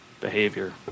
behavior